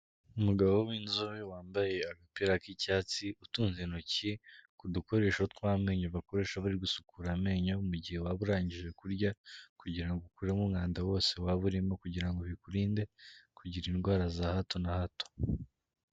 Umugabo w'inzobe wambaye agapira k'icyatsi, utunze intoki ku dukoresho tw'amenyo bakoresha bari gusukura amenyo mu gihe waba urangije kurya, kugira ngo ukuremo umwanda wose waba urimo, kugira ngo bikurinde kugira indwara za hato na hato.